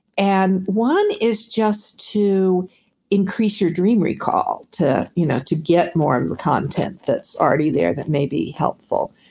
and one is just to increase your dream recall to you know to get more of the content that's already there that may be helpful.